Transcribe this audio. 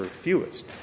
fewest